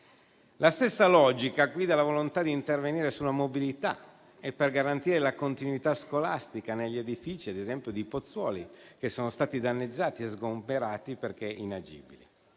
La stessa logica guida la volontà di intervenire sulla mobilità e per garantire la continuità scolastica negli edifici, ad esempio, di Pozzuoli, che sono stati danneggiati e sgomberati perché inagibili.